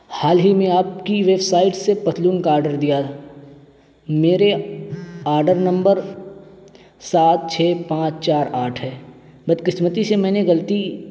حال ہی میں آپ کی ویب سائٹ سے پتلون کا آڈر دیا تھا میرے آڈر نمبر سات چھ پانچ چار آٹھ ہے بدقسمتی سے میں نے غلطی